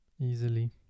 Easily